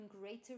greater